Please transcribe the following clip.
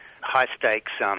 high-stakes